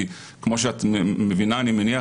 כמו שאת מבינה אני מניח,